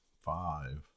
five